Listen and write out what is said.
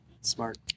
Smart